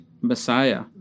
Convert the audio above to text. Messiah